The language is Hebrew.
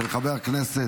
של חבר הכנסת